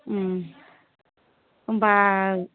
होनबा